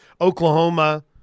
Oklahoma